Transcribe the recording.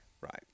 Right